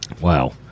Wow